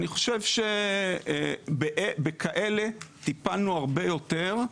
אני חושב שבכאלה טיפלנו הרבה יותר,